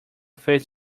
face